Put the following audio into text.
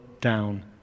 down